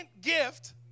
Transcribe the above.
gift